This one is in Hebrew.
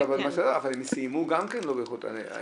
חשוב גם להבין מה הייתה אותה הכשרה או